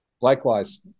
Likewise